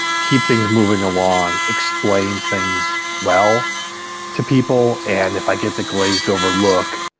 keep things moving along, explain things well to people. and if i get the glazed-over look,